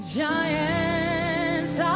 giants